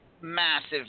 massive